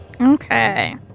Okay